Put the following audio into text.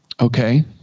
Okay